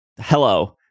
hello